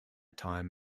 time